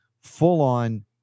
full-on